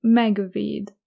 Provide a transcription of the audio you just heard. megvéd